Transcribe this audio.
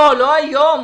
לא היום,